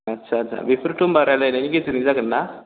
आदसा आदसा बिफोरथ' होम्बा रायलायनायनि गेजेरजों जागोनना